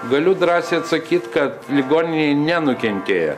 galiu drąsiai atsakyt kad ligoninė nenukentėjo